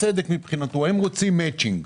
בצדק מבחינתו: הם רוצים מאצ'ינג.